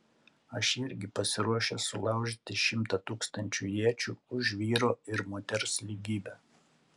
aš irgi pasiruošęs sulaužyti šimtą tūkstančių iečių už vyro ir moters lygybę